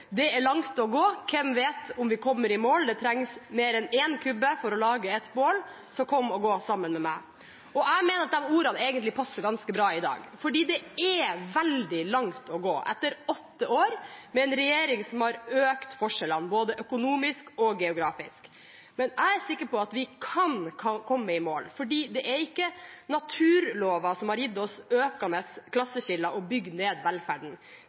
det er langt å gå, og hvem vet om vi kommer i mål? Det trengs mer enn en kubbe for å lage et bål Så kom og gå sammen med meg.» Jeg mener at de ordene egentlig passer ganske bra i dag, for det er veldig langt å gå etter åtte år med en regjering som har økt forskjellene både økonomisk og geografisk. Men jeg er sikker på at vi kan komme i mål, for det er ikke naturlover som har gitt oss økende klasseskiller og bygd ned velferden.